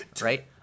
right